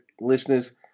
listeners